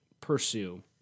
pursue